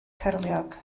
cyrliog